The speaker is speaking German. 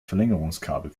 verlängerungskabel